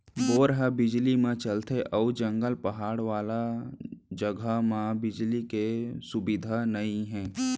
bore ह बिजली म चलथे अउ जंगल, पहाड़ वाला जघा म बिजली के सुबिधा नइ हे